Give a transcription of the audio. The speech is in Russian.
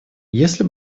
если